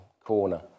corner